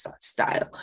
style